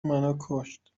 منوکشت